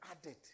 added